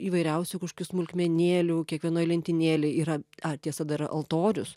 įvairiausių kašokių smulkmenėlių kiekvienoj lentynėlėj yra ar tiesa dar yra altorius